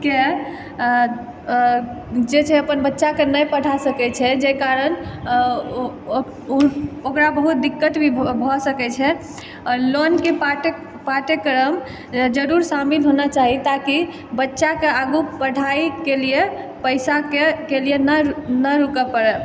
के जे छै अपन बच्चाके नहि पढ़ा सकै छै जाहि कारण ओकरा बहुत दिक्कत भी भऽ सकै छै आओर लोनके पाठ्यक्रम जरुर शामिल होना चाही ताकि बच्चाकेँ आगु पढ़ाईके लिए पैसाके लिए नहि रुकय पड़ै